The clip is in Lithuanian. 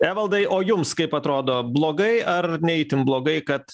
evaldai o jums kaip atrodo blogai ar ne itin blogai kad